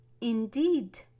indeed